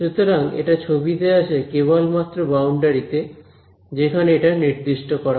সুতরাং এটা ছবিতে আসে কেবলমাত্র বাউন্ডারিতে যেখানে এটা নির্দিষ্ট করা হয়